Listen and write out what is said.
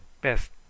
best